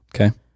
Okay